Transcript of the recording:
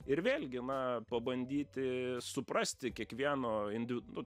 ir vėlgi na pabandyti suprasti kiekvieno individ nu